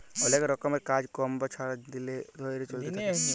অলেক রকমের কাজ কম্ম ছারা দিল ধ্যইরে চইলতে থ্যাকে